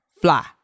fly